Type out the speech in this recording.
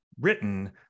written